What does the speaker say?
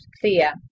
clear